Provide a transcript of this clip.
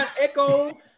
echo